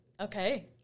Okay